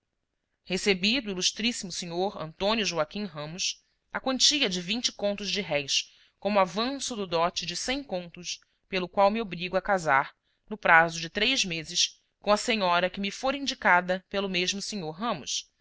recebi do ilmo sr antônio joaquim ramos a quantia de vinte contos de réis como avanço do dote de cem contos pelo qual me obrigo a casar no prazo de três meses com a senhora que me for indicada pelo mesmo sr ramos